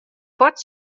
fuort